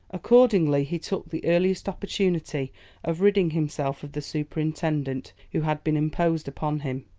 accordingly, he took the earliest opportunity of ridding himself of the superintendent who had been imposed upon him.